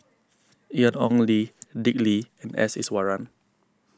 Ian Ong Li Dick Lee and S Iswaran